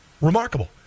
Remarkable